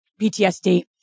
PTSD